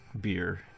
beer